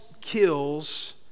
kills